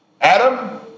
Adam